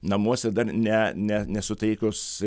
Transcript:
namuose dar ne ne nesuteikus